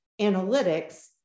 analytics